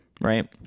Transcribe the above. Right